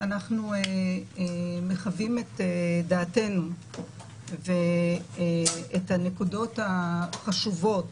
אנחנו מחווים את דעתנו ואת הנקודות החשובות